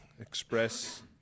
express